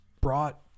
brought